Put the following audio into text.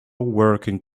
working